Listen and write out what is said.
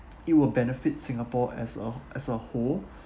it will benefit singapore as a as a whole